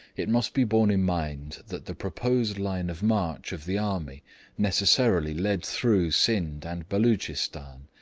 it must be borne in mind that the proposed line of march of the army necessarily led through scinde and beloochistan,